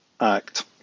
Act